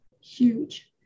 huge